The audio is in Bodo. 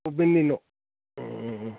अ बेनि न'